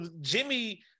Jimmy